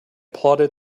plodded